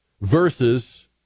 versus